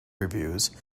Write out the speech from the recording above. reviews